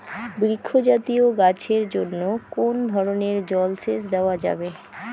বৃক্ষ জাতীয় গাছের জন্য কোন ধরণের জল সেচ দেওয়া যাবে?